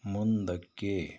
ಮುಂದಕ್ಕೆ